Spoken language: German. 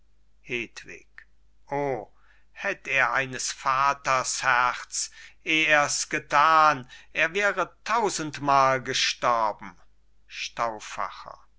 o hätt er eines vaters herz eh er's getan er wäre tausendmal gestorben